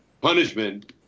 punishment